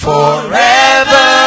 Forever